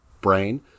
brain